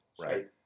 right